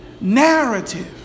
Narrative